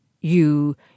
You